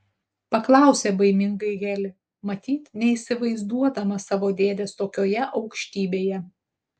paklausė baimingai heli matyt neįsivaizduodama savo dėdės tokioje aukštybėje